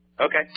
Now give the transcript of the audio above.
Okay